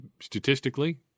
statistically